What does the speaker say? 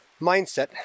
mindset